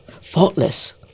faultless